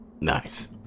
Nice